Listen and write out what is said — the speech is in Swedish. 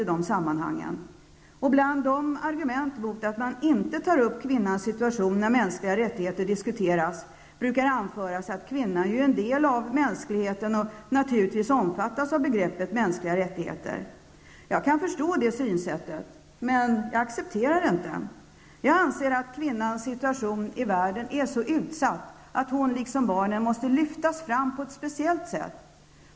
Bland argumenten mot att kvinnans situation inte skall tas upp när frågan om mänskliga rättigheter diskuteras finns argumentet att kvinnorna utgör en del av mänskligheten och att de därför naturligtvis omfattas av begreppet mänskliga rättigheter. Jag kan förstå det synsättet. Men jag accepterar det inte. Jag anser att kvinnorna i världen är så utsatta att deras situation, liksom barnens, måste lyftas fram på ett speciellt sätt.